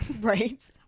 Right